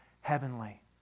heavenly